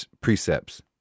precepts